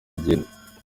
aragenda